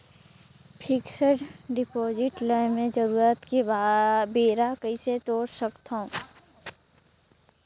Fixed deposit ल मैं जरूरत के बेरा कइसे तोड़ सकथव?